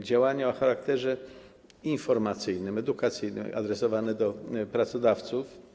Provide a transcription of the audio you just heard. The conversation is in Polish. działania o charakterze informacyjnym, edukacyjnym adresowane do pracodawców.